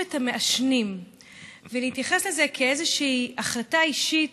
את המעשנים ולהתייחס לזה כאל איזושהי החלטה אישית,